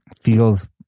feels